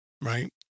Right